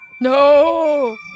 No